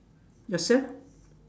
yourself